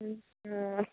हुन्छ